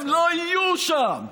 הם לא יהיו שם.